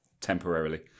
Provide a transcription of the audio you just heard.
temporarily